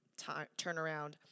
turnaround